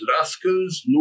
rascals